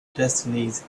destinies